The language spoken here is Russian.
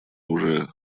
уже